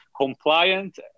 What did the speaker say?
compliant